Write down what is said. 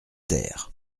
terre